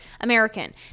American